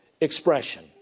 expression